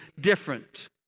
different